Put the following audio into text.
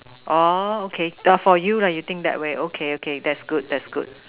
oh okay the for you you think that way okay okay that's good that's good